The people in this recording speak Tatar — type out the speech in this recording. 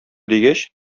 дигәч